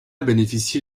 bénéficié